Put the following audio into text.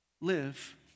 live